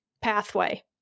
pathway